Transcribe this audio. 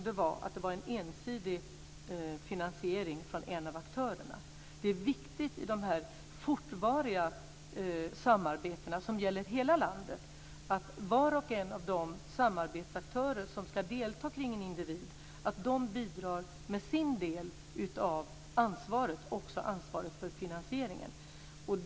Det var en ensidig finansiering från en av aktörerna. Det är viktigt i dessa fortvariga samarbeten, som gäller hela landet, att var och en av de samarbetsaktörer som ska delta kring en individ bidrar med sin del av ansvaret, och också ansvaret för finansieringen.